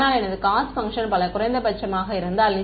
ஆனால் எனது cost function பல குறைந்தபட்சமாக இருந்தால்